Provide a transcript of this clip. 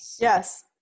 Yes